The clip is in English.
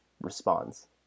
responds